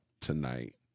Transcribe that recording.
tonight